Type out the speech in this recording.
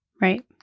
Right